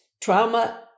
trauma